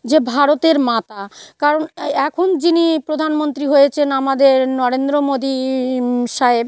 যে ভারতের মাতা কারণ এখন যিনি প্রধানমন্ত্রী হয়েছেন আমাদের নরেন্দ্র মোদী সাহেব